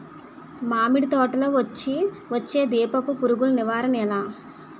మామిడి తోటలో వచ్చే దీపపు పురుగుల నివారణ ఎలా?